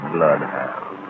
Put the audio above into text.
Bloodhound